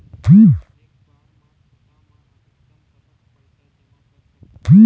एक बार मा खाता मा अधिकतम कतक पैसा जमा कर सकथन?